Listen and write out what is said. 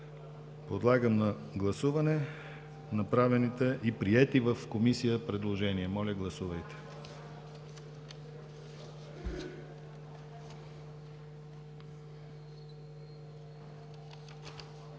Подлагам на гласуване направените и приети в Комисията предложения. Моля, гласувайте.